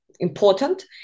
important